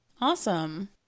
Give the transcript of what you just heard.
Awesome